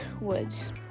woods